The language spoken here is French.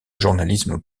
journalisme